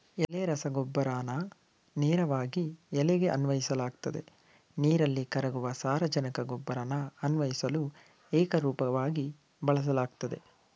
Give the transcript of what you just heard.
ಎಲೆ ರಸಗೊಬ್ಬರನ ನೇರವಾಗಿ ಎಲೆಗೆ ಅನ್ವಯಿಸಲಾಗ್ತದೆ ನೀರಲ್ಲಿ ಕರಗುವ ಸಾರಜನಕ ಗೊಬ್ಬರನ ಅನ್ವಯಿಸಲು ಏಕರೂಪವಾಗಿ ಬಳಸಲಾಗ್ತದೆ